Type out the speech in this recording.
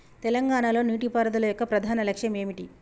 తెలంగాణ లో నీటిపారుదల యొక్క ప్రధాన లక్ష్యం ఏమిటి?